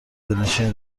دلنشینی